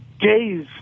gays